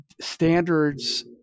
standards